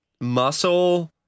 muscle